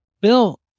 bill